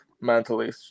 mentally